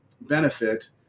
benefit